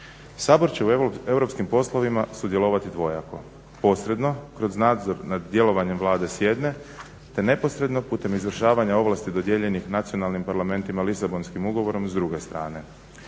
Sabor će u europskim poslovima sudjelovati dvojako, posredno kroz nadzor nad djelovanjem Vlade s jedne te neposredno putem izvršavanja ovlasti dodijeljenih nacionalnim parlamentima Lisabonskim ugovorom s druge strane.